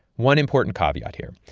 one important caveat here.